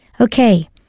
Okay